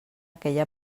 aquella